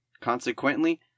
Consequently